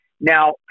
now